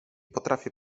potrafię